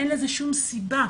אין לזה שום סיבה,